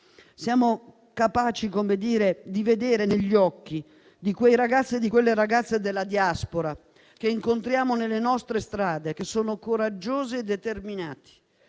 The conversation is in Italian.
Siamo capaci di vederlo negli occhi di quei ragazzi e di quelle ragazze della diaspora che incontriamo nelle nostre strade, che sono coraggiosi e determinati